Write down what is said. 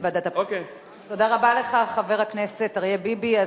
חבר הכנסת אריה ביבי,